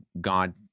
god